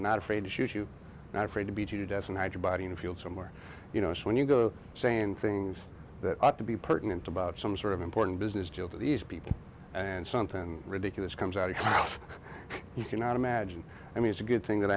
not afraid to shoot you not afraid to be treated as an actor body in a field somewhere you know when you go saying things that ought to be pertinent about some sort of important business deal to these people and something ridiculous comes out and you cannot imagine i mean it's a good thing that